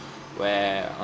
well